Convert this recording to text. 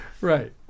Right